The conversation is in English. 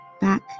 back